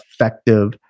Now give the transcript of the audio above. effective